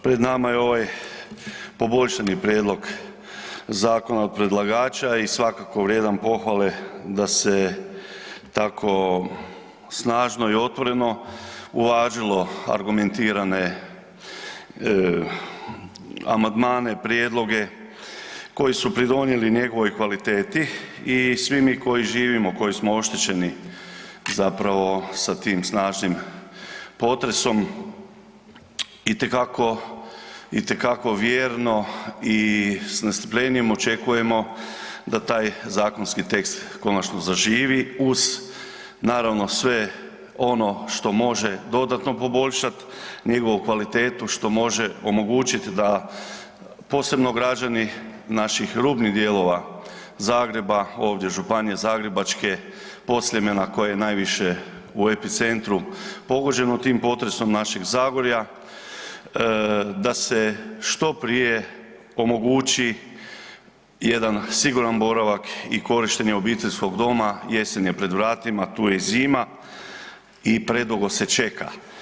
Pred nama je ovaj poboljšani prijedlog zakona od predlagača i svakako vrijedan pohvale da se tako snažno i otvoreno uvažilo argumentirane amandmane, prijedloge koji su pridonijeli njegovoj kvaliteti i svi mi koji živimo, koji smo oštećeni zapravo sa tim snažnim potresom, itekako vjerno i s nestrpljenjem očekujemo da taj zakonski tekst konačno zaživi uz naravno sve ono što može dodatno poboljšat njegovu kvalitetu, što može omogućiti da posebno građani naših rubnih dijelova Zagreba, ovdje županije zagrebačke, pod Sljemena koje je najviše u epicentru pogođeno tim potresom, našeg Zagorja, da se što prije omogući jedan siguran boravak i korištenje obiteljskog doma, jesen je pred vratima, tu je i zima i predugo se čeka.